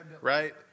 right